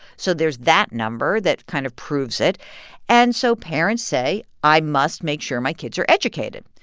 so there's that number that kind of proves it and so parents say, i must make sure my kids are educated.